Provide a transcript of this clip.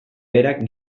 berak